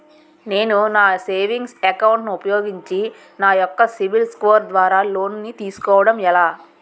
నేను నా savings account ను ఉపయోగించి నా యెక్క సిబిల్ స్కోర్ ద్వారా లోన్తీ సుకోవడం ఎలా?